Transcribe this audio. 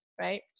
right